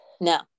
No